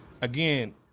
again